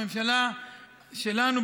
הממשלה שלנו,